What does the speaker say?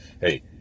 Hey